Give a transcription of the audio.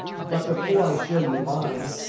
but before i show you mine,